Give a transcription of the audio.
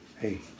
hey